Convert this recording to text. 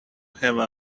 have